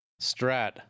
Strat